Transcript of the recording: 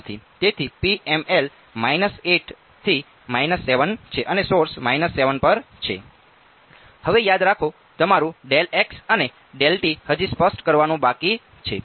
તેથી PML 8 થી 7 છે અને સોર્સ 7 પર છે હવે યાદ રાખો તમારું અને હજી સ્પષ્ટ કરવાનું બાકી છે